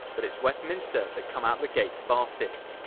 but it's westminster that come out the gates fastest.